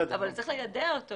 אבל צריך ליידע אותו.